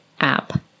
app